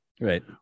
right